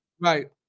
Right